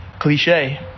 cliche